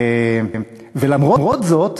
ולמרות זאת,